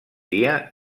dia